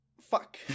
Fuck